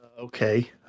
Okay